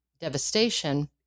devastation